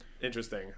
interesting